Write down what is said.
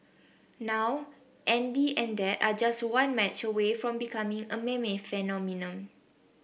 now Andy and dad are just one match away from becoming a meme phenomenon